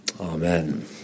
Amen